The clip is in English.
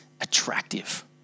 attractive